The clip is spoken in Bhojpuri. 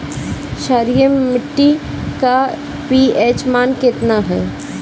क्षारीय मीट्टी का पी.एच मान कितना ह?